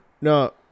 No